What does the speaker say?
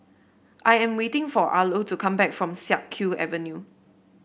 I am waiting for Arlo to come back from Siak Kew Avenue